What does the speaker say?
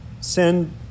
send